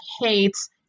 hates